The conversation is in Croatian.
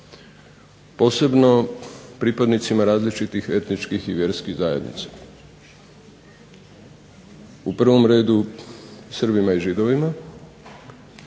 Posebno pripadnicima različitih etničkih i vjerskih zajednica. U prvom redu Srbima i Židovima